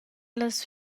las